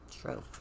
True